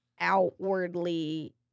outwardly